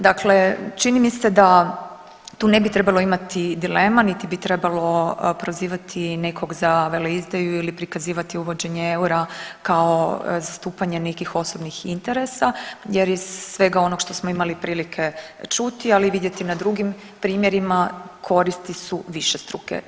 Dakle, čini mi se da tu ne bi trebalo imati dilema, niti bi trebalo prozivati nekoga za veleizdaju ili prikazivati uvođenje eura kao zastupanja nekih osobnih interesa jer iz svega onoga što smo imali prilike čuti, ali i vidjeti na drugim primjerima koristi su višestruke.